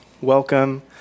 welcome